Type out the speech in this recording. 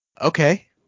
Okay